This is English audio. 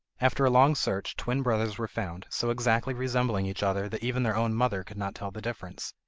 after a long search twin brothers were found, so exactly resembling each other that even their own mother could not tell the difference.